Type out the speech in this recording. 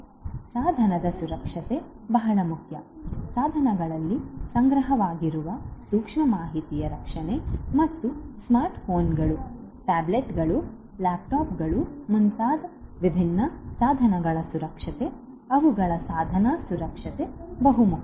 ಸಾಧನದ ಸುರಕ್ಷತೆ ಬಹಳ ಮುಖ್ಯ ಸಾಧನಗಳಲ್ಲಿ ಸಂಗ್ರಹವಾಗಿರುವ ಸೂಕ್ಷ್ಮ ಮಾಹಿತಿಯ ರಕ್ಷಣೆ ಮತ್ತು ಸ್ಮಾರ್ಟ್ಫೋನ್ಗಳು ಟ್ಯಾಬ್ಲೆಟ್ಗಳು ಲ್ಯಾಪ್ಟಾಪ್ಗಳು ಮುಂತಾದ ವಿಭಿನ್ನ ಸಾಧನಗಳ ರಕ್ಷಣೆ ಅವುಗಳ ಸಾಧನ ಸುರಕ್ಷತೆ ಬಹಳ ಮುಖ್ಯ